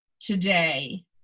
today